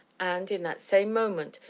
and, in that same moment,